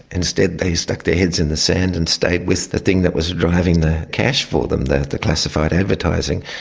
instead they stuck their heads in the sand and stayed with the thing that was driving the cash for them the the classified advertising.